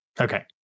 Okay